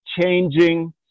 changing